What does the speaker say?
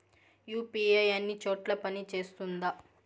UPI అన్ని చోట్ల పని సేస్తుందా?